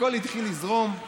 הכול התחיל לזרום.